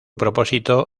propósito